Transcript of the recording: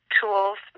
tools